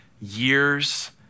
years